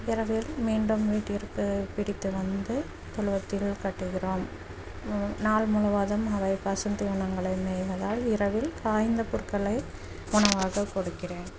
இரவில் மீண்டும் வீட்டிற்கு பிரித்து வந்து தொழுவத்தில் கட்டுகிறோம் நாள் முழுவதும் அவை பசும் தீவனங்களை மேய்வதால் இரவில் காயிந்த புற்களை உணவாக கொடுக்கிறேன்